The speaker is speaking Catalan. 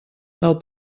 del